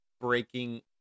breaking